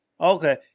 Okay